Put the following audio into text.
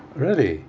really